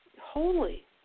holy